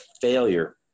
failure